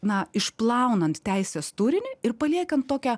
na išplaunant teisės turinį ir paliekant tokią